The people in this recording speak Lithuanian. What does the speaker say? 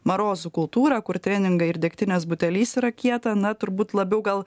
marozų kultūrą kur treningai ir degtinės butelys yra kieta na turbūt labiau gal